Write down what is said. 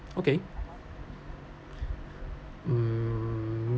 okay mm